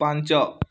ପାଞ୍ଚ